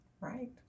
Right